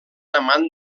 amant